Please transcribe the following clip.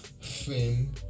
fame